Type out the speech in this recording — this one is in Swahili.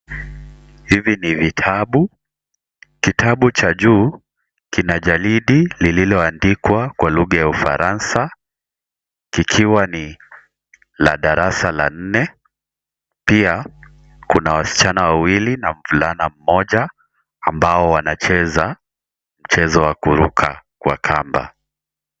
Hivi ni vitabu. Kitabu cha juu kinajalidi lililo andikwa kwa lugha ufaransa. Kikiwa ni la darasa la nne. Pia, kuna wasichana wawili na mvulana mmoja ambao wanacheza mchezo wa kuruka kwa kamba.